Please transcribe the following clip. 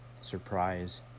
surprise